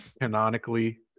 Canonically